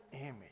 image